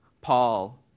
Paul